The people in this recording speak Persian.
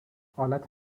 آلت